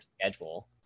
schedule